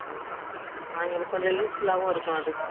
ம் அவய்ங்களுக்கு கொஞ்சம் யூஸ் ஃபுல்லாகவும் இருக்கும் அது